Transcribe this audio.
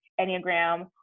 Enneagram